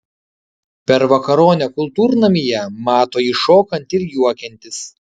per vakaronę kultūrnamyje mato jį šokant ir juokiantis